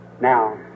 Now